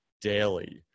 daily